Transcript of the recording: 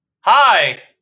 Hi